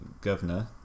governor